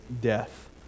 death